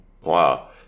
Wow